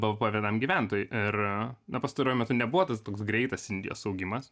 bvp vienam gyventojui ir na pastaruoju metu nebuvo tas toks greitas indijos augimas